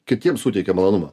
kitiems suteikia malonumą